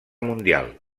mundial